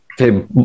Okay